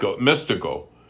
mystical